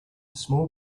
small